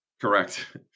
Correct